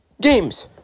games